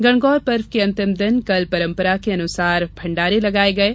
गणगौर पर्व के अंतिम दिन कल परंपरा के अनुसार भण्डारे लगाये गये